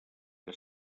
que